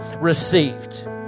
received